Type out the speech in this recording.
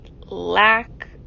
lack